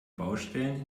baustellen